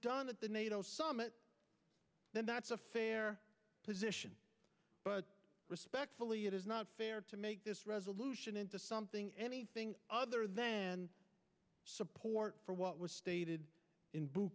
done at the nato summit then that's a fair position but respectfully it is not fair to make this resolution into something anything other than support for what was stated in b